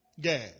gas